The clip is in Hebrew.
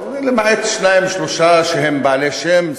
למעט שניים-שלושה שהם בעלי שם,